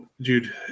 dude